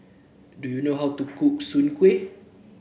do you know how to cook Soon Kueh